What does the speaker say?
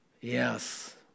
Yes